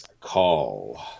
call